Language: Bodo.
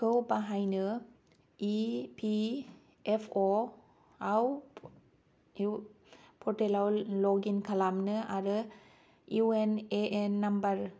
खौ बाहायनो इपिएफअ आव इउ पर्टेलाव लग इन खालामनो आरो इउएनएएन नाम्बार